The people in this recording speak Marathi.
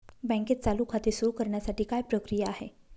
बँकेत चालू खाते सुरु करण्यासाठी काय प्रक्रिया आहे?